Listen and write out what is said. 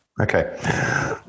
Okay